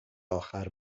آخر